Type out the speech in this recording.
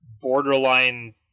borderline